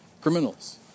Criminals